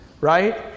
right